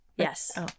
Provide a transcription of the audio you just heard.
Yes